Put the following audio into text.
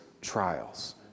trials